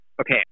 okay